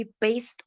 based